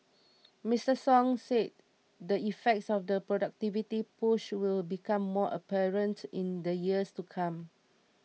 Mister Song said the effects of the productivity push will become more apparent in the years to come